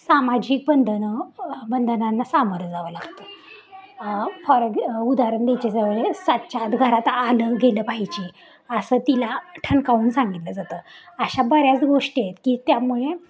सामाजिक बंधनं बंधनांना सामोरं जावं लागतं फॉर उदाहरण द्यायचे जवळ सातच्या आत घरात आलं गेलं पाहिजे असं तिला ठणकावून सांगितलं जातं अशा बऱ्याच गोष्टी आहेत की त्यामुळे